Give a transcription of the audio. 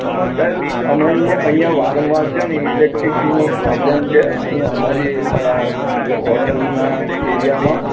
આમાં સાહેબ આમાં અહીંયા અહીંયા વારંવાર છે ને ઇલેક્ટ્રિકનો પ્રોબ્લમ છે અહીંયા અમારી હોટલના એરિયામાં